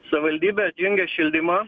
savivaldybė atjungė šildymą